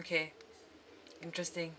okay interesting